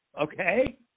Okay